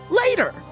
later